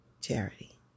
charity